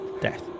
death